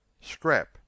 scrap